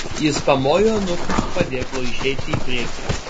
jis pamojo eunuchui su padėklu išeiti į priekį